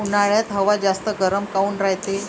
उन्हाळ्यात हवा जास्त गरम काऊन रायते?